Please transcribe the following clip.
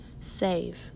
save